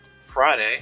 Friday